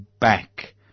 back